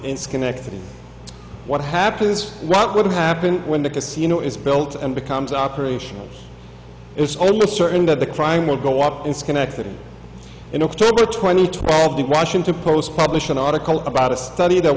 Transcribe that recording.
in schenectady what happens what would happen when the casino is built and becomes operational it's almost certain that the crime will go up in schenectady in october twenty twelve the washington post published an article about a study that